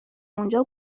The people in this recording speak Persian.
اونجا